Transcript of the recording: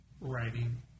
writing